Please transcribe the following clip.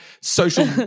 social